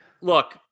Look